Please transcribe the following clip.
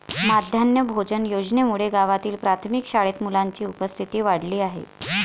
माध्यान्ह भोजन योजनेमुळे गावातील प्राथमिक शाळेत मुलांची उपस्थिती वाढली आहे